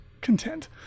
content